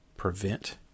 prevent